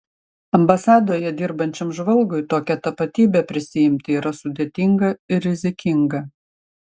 ambasadoje dirbančiam žvalgui tokią tapatybę prisiimti yra sudėtinga ir rizikinga